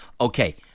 Okay